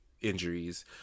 injuries